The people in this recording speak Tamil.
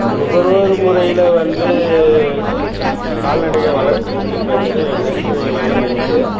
நுகர்வோர் முறையில் வந்து கால்நடையை வளர்க்கறதுக்கு வந்து நெறிமுறைகளெல்லாம் இருக்குது